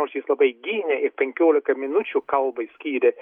nors jis labai gynė ir penkiolika minučių kalbai skyrė